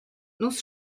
nu’s